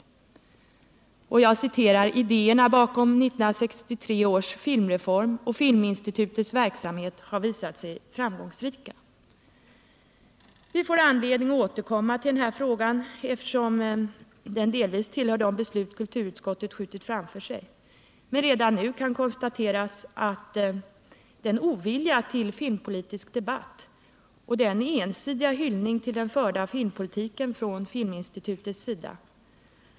Jag citerar ur Ola Ullstens tal: ”Ideerna bakom 1963 års filmreform och Filminstitutets verksamhet har visat sig framgångsrika.” Vi får anledning att återkomma till denna fråga, eftersom den delvis berörs av de beslut som kulturutskottet skjutit framför sig. Men redan nu kan konstateras att det är beklämmande att se oviljan till filmpolitisk debatt och den ensidiga hyllningen av den förda filmpolitiken från Filminstitutets sida.